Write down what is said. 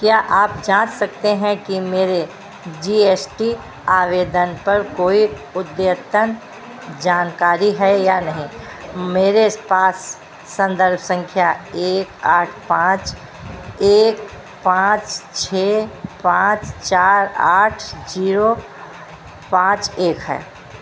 क्या आप जांच सकते हैं कि मेरे जी एस टी आवेदन पर कोई अद्यतन जानकारी है या नहीं मेरे पास संदर्भ संख्या एक आठ पाँच एक पाँच छः पाँच चार आठ जीरो पाँच एक है